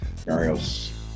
Marios